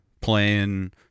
playing